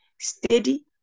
steady